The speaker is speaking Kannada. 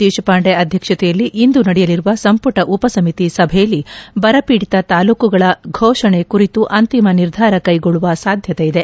ದೇಶಪಾಂಡೆ ಅಧ್ಯಕ್ಷತೆಯಲ್ಲಿ ಇಂದು ನಡೆಯಲಿರುವ ಸಂಪುಟ ಉಪಸಮಿತಿ ಸಭೆಯಲ್ಲಿ ಬರಪೀಡಿತ ತಾಲೂಕುಗಳ ಘೋಷಣೆ ಕುರಿತು ಅಂತಿಮ ನಿರ್ಧಾರ ಕೈಗೊಳ್ಳುವ ಸಾಧ್ಯತೆ ಇದೆ